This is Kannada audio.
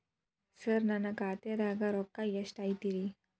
ಸರ ನನ್ನ ಖಾತ್ಯಾಗ ರೊಕ್ಕ ಎಷ್ಟು ಐತಿರಿ?